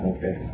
Okay